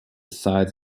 size